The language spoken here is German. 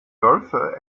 wölfe